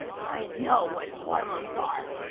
i know what hormones are.